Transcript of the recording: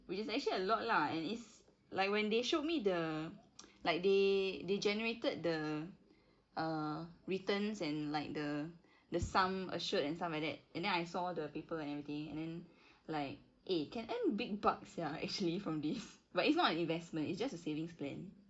which is actually a lot lah and it's like when they showed me the like they they generated the err returns and like the the sum assured and stuff like that and then I saw the paper and everything and then like eh can earn big bucks sia actually from this but it's not an investment it's just a savings plan